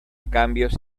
cambios